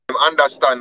understand